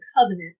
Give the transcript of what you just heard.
covenant